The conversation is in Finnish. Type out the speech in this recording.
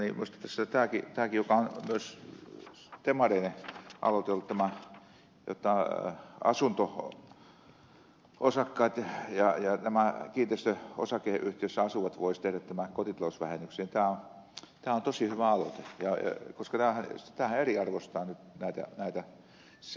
minusta tämäkin joka on myös demareiden aloite ollut jotta asunto osakkaat ja nämä kiinteistöosakeyhtiöissä asuvat voisivat tehdä tämän kotitalousvähennyksen on tosi hyvä aloite koska tämähän eriarvoistaa nyt näitä asumismuotoja